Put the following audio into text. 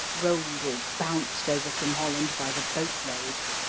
rolled or bounced over from holland by the boat load.